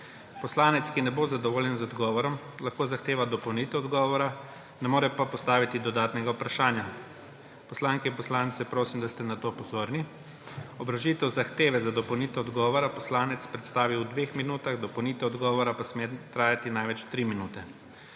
Poslanec, ki ne bo zadovoljen z odgovorom, lahko zahteva dopolnitev odgovora, ne more pa postaviti dodatnega vprašanja. Poslanke in poslance prosim, da ste na to pozorni. Obrazložitev zahteve za dopolnitev odgovora poslanec predstavi v dveh minutah, dopolnitev odgovora pa sme trajati največ tri minute.